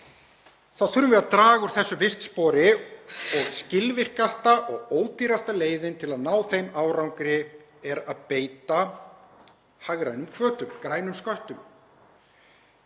þurfum við að draga úr þessu vistspori. Skilvirkasta og ódýrasta leiðin til að ná þeim árangri er að beita hagrænum hvötum, grænum sköttum.